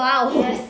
!wow!